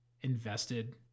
invested